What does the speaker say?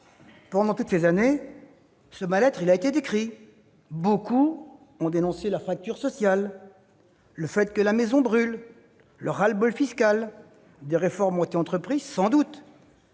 Pendant toutes ces années, ce mal-être a été décrit. Beaucoup ont dénoncé la fracture sociale, le fait que la « maison brûle », le ras-le-bol fiscal. Des réformes ont, certes, été entreprises, mais des